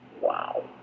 Wow